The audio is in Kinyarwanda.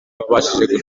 wabashije